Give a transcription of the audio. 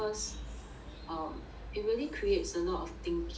um it really creates a lot of thinking